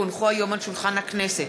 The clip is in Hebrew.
כי הונחו היום על שולחן הכנסת,